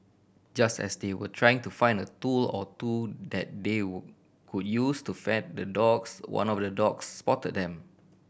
just as they were trying to find a tool or two that they could use to fend the dogs one of the dogs spot them